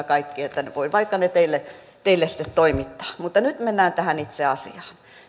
kaikki voin vaikka ne teille teille sitten toimittaa mutta nyt mennään tähän itse asiaan